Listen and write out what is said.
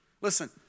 Listen